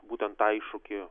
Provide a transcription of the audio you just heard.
būtent tą iššūkį